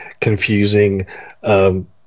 confusing